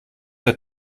der